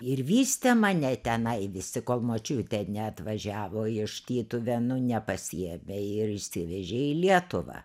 ir vystė mane tenai visi kol močiutė neatvažiavo iš tytuvėnų nepasiėmė ir išsivežė į lietuvą